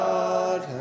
God